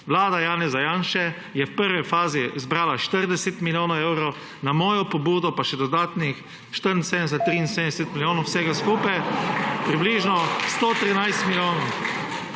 Vlada Janeza Janše je v prvi fazi zbrala 40 milijonov evrov, na mojo pobudo pa še dodatnih 74, 73 milijonov, vsega skupaj približno 113 milijonov.